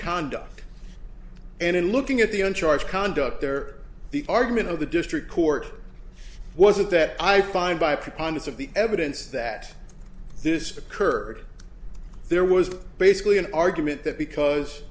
conduct and in looking at the on charge conduct there the argument of the district court wasn't that i find by preponderance of the evidence that this occurred there was basically an argument that because